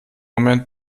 moment